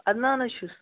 ادٕنان حظ چھُس